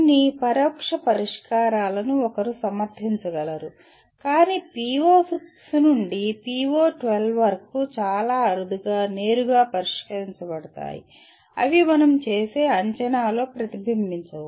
కొన్ని పరోక్ష పరిష్కారాలను ఒకరు సమర్థించగలరు కానీ PO6 నుండి PO12 వరకు చాలా అరుదుగా నేరుగా పరిష్కరించబడతాయి అవి మనం చేసే అంచనాలో ప్రతిబింబించవు